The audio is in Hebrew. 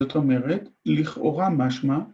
‫זאת אומרת, לכאורה משמע...